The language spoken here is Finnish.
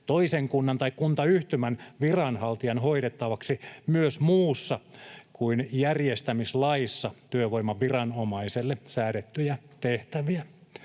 toisen kunnan tai kuntayhtymän viranhaltijan hoidettavaksi myös muussa kuin järjestämislaissa työvoimaviranomaiselle säädettyjä tehtäviä.